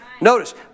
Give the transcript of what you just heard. Notice